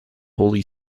holy